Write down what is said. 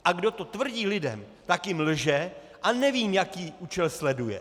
A kdo to tvrdí lidem, tak jim lže a nevím, jaký účel sleduje.